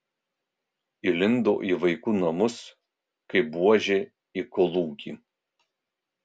įlindo į vaikų namus kaip buožė į kolūkį